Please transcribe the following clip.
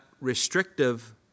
restrictive